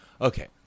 Okay